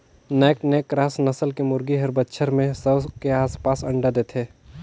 naked neck cross नसल के मुरगी हर बच्छर में सौ के आसपास अंडा देथे